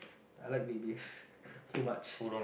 I like babies too much